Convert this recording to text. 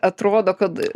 atrodo kad